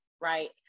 right